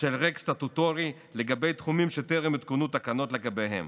של ריק סטטוטורי לגבי תחומים שטרם הותקנו תקנות לגביהם,